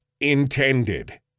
intended